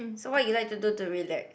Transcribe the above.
so what you like to do to relax